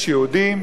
יש יהודים,